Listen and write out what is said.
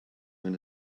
been